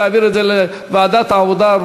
להעביר את זה לוועדת העבודה,